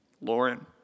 Lauren